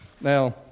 Now